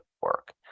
work